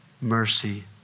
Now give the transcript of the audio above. mercy